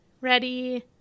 ready